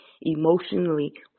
emotionally